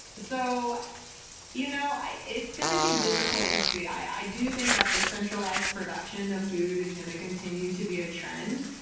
so you know it's going to be diffi cult to see. i do think that the centralized production of food is going to continue to be a trend.